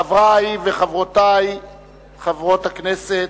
חברי וחברותי חברי הכנסת,